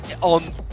on